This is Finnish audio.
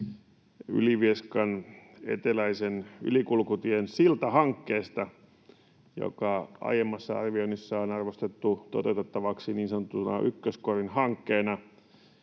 Ylivieskan eteläisen ylikulkutien siltahankkeesta, joka aiemmassa arvioinnissa on arvostettu toteutettavaksi niin sanottuna ykköskorin hankkeena.